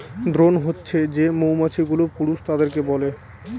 drone হছে যে মৌমাছি গুলো পুরুষ তাদেরকে বলে